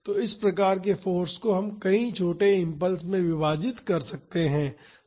तो इस प्रकार के फाॅर्स को हम कई छोटे इम्पल्स में विभाजित कर सकते हैं